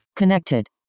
Connected